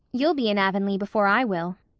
you'll be in avonlea before i will.